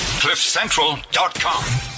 cliffcentral.com